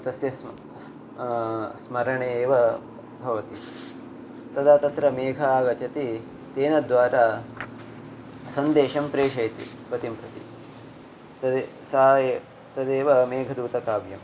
तस्य स्म स्मरणे एव भवति तदा तत्र मेघः आगच्छति तेन द्वारा सन्देशं प्रेषयति पतिं प्रति तद् सा तदेव मेघदूतकाव्यम्